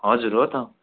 हजुर हो त